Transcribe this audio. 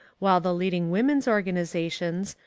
while the leading women's organizations,